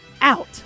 out